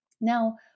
Now